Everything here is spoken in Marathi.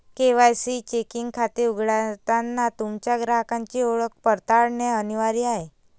के.वाय.सी चेकिंग खाते उघडताना तुमच्या ग्राहकाची ओळख पडताळणे अनिवार्य आहे